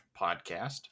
podcast